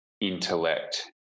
intellect